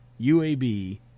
UAB